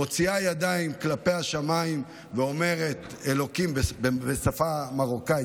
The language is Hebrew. מוציאה ידיים כלפי השמיים ואומרת בשפה המרוקאית,